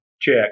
check